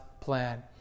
plan